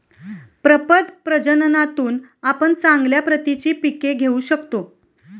प्रपद प्रजननातून आपण चांगल्या प्रतीची पिके घेऊ शकतो